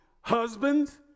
husbands